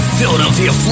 Philadelphia